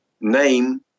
name